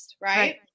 Right